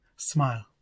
Smile